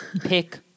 Pick